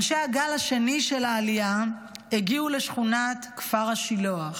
אנשי הגל השני של העלייה הגיעו לשכונת כפר השילוח,